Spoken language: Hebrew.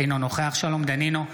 אינו נוכח שלום דנינו,